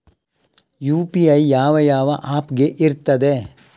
UPI ಯಾವ ಯಾವ app ಗೆ ಇರ್ತದೆ?